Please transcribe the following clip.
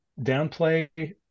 downplay